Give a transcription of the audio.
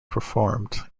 performed